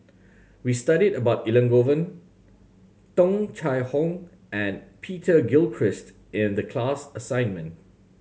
we studied about Elangovan Tung Chye Hong and Peter Gilchrist in the class assignment